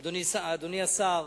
אדוני השר,